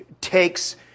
takes